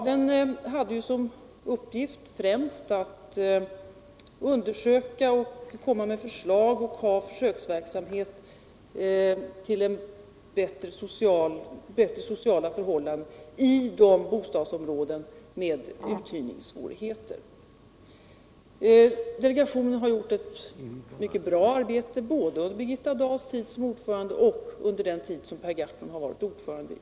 Den hade som främsta uppgift att undersöka och komma med förslag till bättre sociala förhållanden i bostadsområden med uthyrningssvårigheter samt att bedriva försöksverksamhet inom området. Delegationen har gjort ett mycket bra arbete, både under Birgitta Dahls tid som ordförande och under den tid som Per Gahrton har varit ordförande.